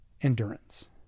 endurance